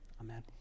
Amen